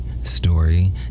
story